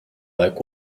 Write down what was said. like